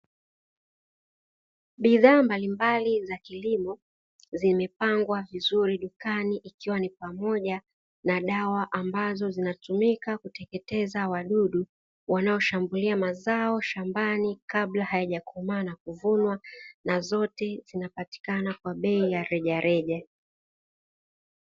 Bidhaa mbalimbali za kilimo zimepangwa vizuri dukani ikiwa ni pamoja na dawa ambazo zinazotumika kuteketeza wadudu wanaoshambulia mazao shambani kabla hayajakomaa na kuvunwa, na zote zinapatikana kwa bei ya rejareja.